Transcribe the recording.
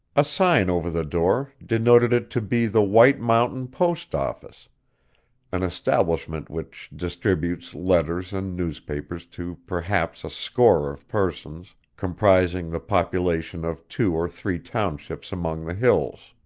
a sign over the door denoted it to be the white mountain post office an establishment which distributes letters and newspapers to perhaps a score of persons, comprising the population of two or three townships among the hills.